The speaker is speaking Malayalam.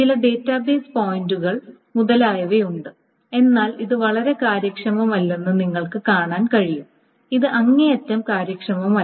ചില ഡാറ്റാബേസ് പോയിന്ററുകൾ മുതലായവയുണ്ട് എന്നാൽ ഇത് വളരെ കാര്യക്ഷമമല്ലെന്ന് നിങ്ങൾക്ക് കാണാൻ കഴിയും ഇത് അങ്ങേയറ്റം കാര്യക്ഷമമല്ല